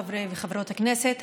חברי וחברות הכנסת,